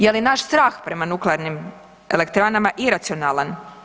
Je li naš strah prema nuklearnim elektranama iracionalan?